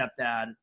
Stepdad